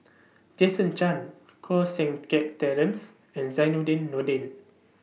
Jason Chan Koh Seng Kiat Terence and Zainudin Nordin